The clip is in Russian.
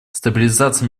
стабилизации